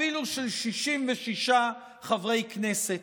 אפילו של 66 חברי כנסת.